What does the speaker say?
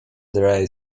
dry